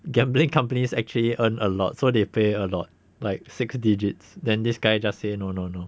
gambling companies actually earn a lot so they pay a lot like six digits then this guy just say no no no